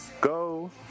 Go